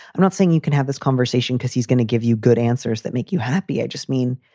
i'm not saying you can have this conversation because he's going to give you good answers that make you happy. i just mean